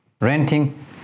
renting